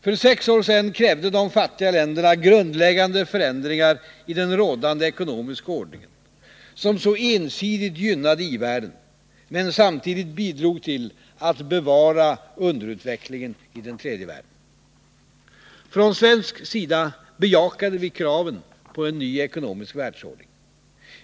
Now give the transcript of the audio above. För sex år sedan krävde de fattiga länderna grundläggande förändringar i den rådande ekonomiska ordningen, som så ensidigt gynnade i-världen men samtidigt bidrog till att bevara underutvecklingen i den tredje världen. Från svensk sida bejakade vi kraven på en ny ekonomisk världsordning.